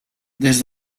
des